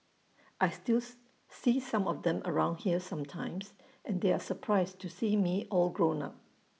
I still see some of them around here sometimes and they are surprised to see me all grown up